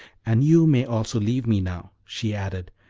and you may also leave me now, she added,